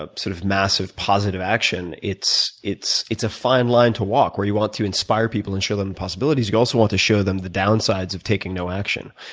ah sort of massive positive action, it's it's a fine line to walk, where you want to inspire people and show them the possibilities. you also want to show them the downsides of taking no action,